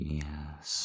yes